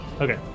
Okay